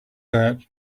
that